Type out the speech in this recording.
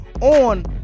on